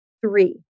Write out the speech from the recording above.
three